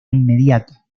inmediata